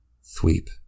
Sweep